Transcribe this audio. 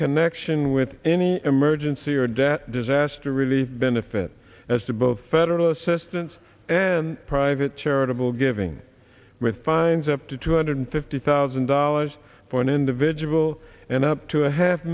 connection with any emergency or debt disaster relief benefit as to both federal assistance and private charitable giving with fines up to two hundred fifty thousand dollars for an individual and up to a half